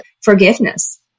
forgiveness